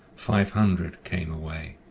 five hundred came away